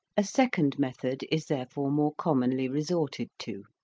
a second method is therefore more commonly resorted to.